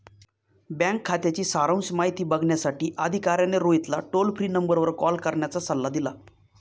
bank खात्याची सारांश माहिती बघण्यासाठी अधिकाऱ्याने रोहितला टोल फ्री नंबरवर कॉल करण्याचा सल्ला दिला